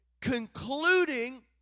Concluding